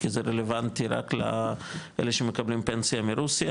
כי זה רלוונטי רק לאלה שמקבלים פנסיה הם מרוסיה